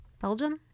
Belgium